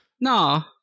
no